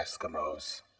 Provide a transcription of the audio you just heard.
Eskimos